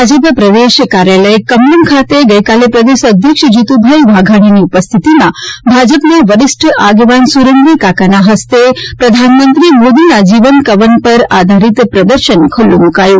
ભાજપ પ્રદેશ કાર્યાલય કમલમ ખાતે ગઇકાલે પ્રદેશ અધ્યક્ષ જીતુભાઈ વાઘાણીની ઉપસ્થિતિમાં ભાજપના વરિષ્ઠ આગેવાન સુરેન્દ્રકાકાના હસ્તે પ્રધાનમંત્રી મોદીના જીવનકવન પર આધારીત પ્રદર્શન ખુલ્લુ મુકાયું